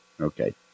Okay